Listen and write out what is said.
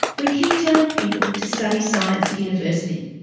we keep telling people to study science at university.